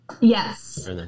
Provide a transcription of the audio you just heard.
Yes